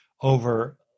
over